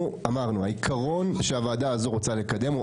העיקרון שהוועדה הזו רוצה לקדם,